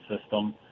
system